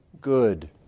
good